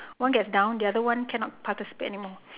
one gets down the other one cannot participate anymore